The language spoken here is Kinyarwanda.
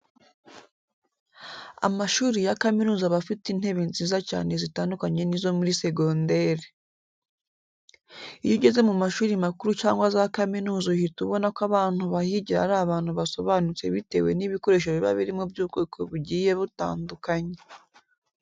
Amashuri ya kaminuza aba afite intebe nziza cyane zitandukanye n'izo muri segonderi. Iyo ugeze mu mashuri makuru cyangwa za kaminuza uhita ubona ko abantu bahigira ari abantu basobanutse bitewe n'ibikoresho biba birimo by'ubwoko bugiye butandukanye.